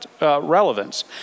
relevance